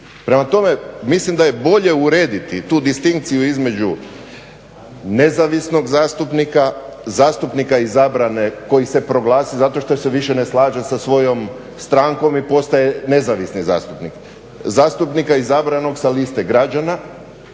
Prema tome, mislim da je bolje urediti tu distinkciju između nezavisnog zastupnika, zastupnika izabrane koji se proglasi zato što se više ne slaže sa svojom strankom i postaje nezavisni zastupnik, zastupnika izabranog sa liste građana,